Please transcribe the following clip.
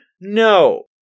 No